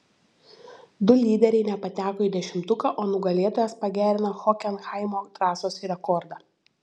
du lyderiai nepateko į dešimtuką o nugalėtojas pagerino hokenhaimo trasos rekordą